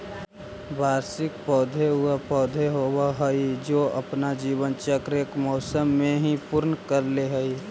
वार्षिक पौधे व पौधे होवअ हाई जो अपना जीवन चक्र एक मौसम में ही पूर्ण कर ले हई